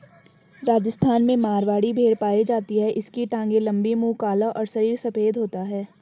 राजस्थान में मारवाड़ी भेड़ पाई जाती है इसकी टांगे लंबी, मुंह काला और शरीर सफेद होता है